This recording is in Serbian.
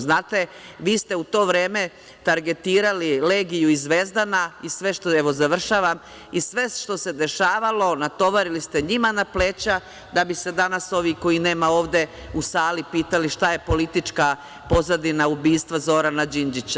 Znate, vi ste u to vreme targetirali Legiju i Zvezdana i sve što se dešavalo natovarili ste njima na pleća, da bi se danas ovi kojih nema ovde u sali pitali šta je politička pozadina ubistva Zorana Đinđića?